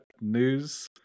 news